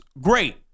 great